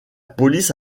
police